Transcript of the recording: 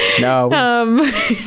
No